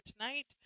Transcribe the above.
tonight